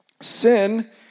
Sin